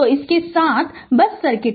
तो इसके साथ बस सर्किट